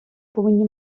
повинні